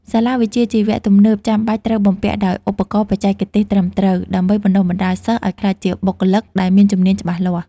សាលាវិជ្ជាជីវៈទំនើបចាំបាច់ត្រូវបំពាក់ដោយឧបករណ៍បច្ចេកទេសត្រឹមត្រូវ ដើម្បីបណ្ដុះបណ្ដាលសិស្សឱ្យក្លាយជាបុគ្គលិកដែលមានជំនាញច្បាស់លាស់។